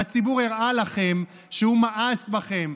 והציבור הראה לכם שהוא מאס בכם,